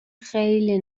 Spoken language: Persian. خیلی